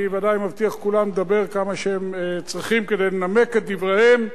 אני ודאי מבטיח לכולם לדבר כמה שהם צריכים כדי לנמק את דבריהם,